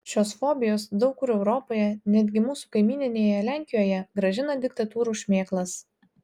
šios fobijos daug kur europoje netgi mūsų kaimyninėje lenkijoje grąžina diktatūrų šmėklas